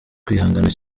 kwihangana